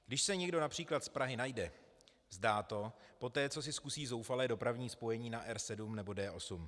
Když se někdo například z Prahy najde, vzdá to poté, co si zkusí zoufalé dopravní spojení na R7 nebo D8.